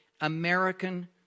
American